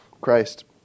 Christ